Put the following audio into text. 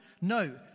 No